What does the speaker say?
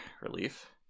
relief